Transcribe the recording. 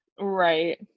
right